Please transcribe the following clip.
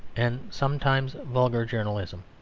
and sometimes vulgar journalism.